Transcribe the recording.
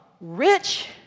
rich